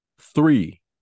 Three